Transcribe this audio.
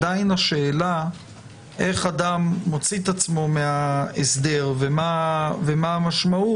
עדיין השאלה איך אדם מוציא עצמו מההסדר ומה המשמעות,